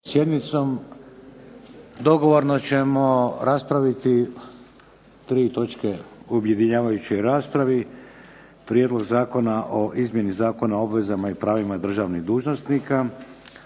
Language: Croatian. sjednicom. Dogovorno ćemo nastaviti tri točke u objedinjavajućoj raspravi - Prijedlog zakona o izmjeni Zakona o obvezama i pravima državnih dužnosnika,